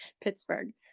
Pittsburgh